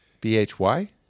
B-H-Y